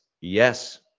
yes